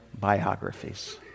biographies